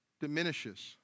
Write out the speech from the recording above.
diminishes